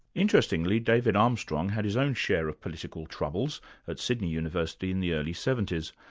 interestingly david armstrong had his own share of political troubles at sydney university in the early seventy s.